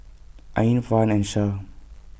Ain Farhan and Shah